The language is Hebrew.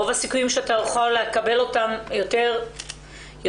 רוב הסיכויים שאתה תוכל לקבל אותם יותר נורמטיביים,